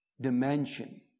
dimension